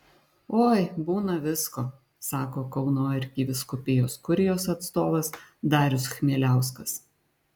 oi būna visko sako kauno arkivyskupijos kurijos atstovas darius chmieliauskas